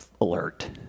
alert